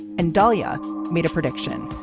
and dalia made a prediction,